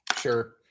Sure